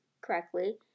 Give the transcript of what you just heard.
correctly